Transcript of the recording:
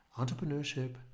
Entrepreneurship